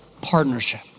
partnership